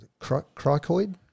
Cricoid